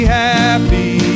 happy